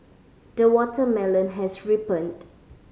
the watermelon has ripened